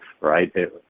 right